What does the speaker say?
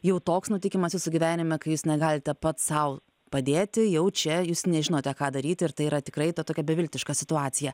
jau toks nutikimas jūsų gyvenime kai jūs negalite pats sau padėti jau čia jūs nežinote ką daryti ir tai yra tikrai ta tokia beviltiška situacija